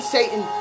Satan